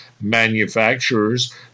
manufacturers